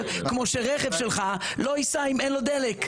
כמו שרכב שלך לא ייסע אם אין לו דלק.